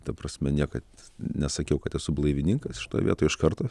ta prasme niekad nesakiau kad esu blaivininkas šitoj vietoj iš karto